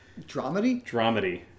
dramedy